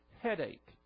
headache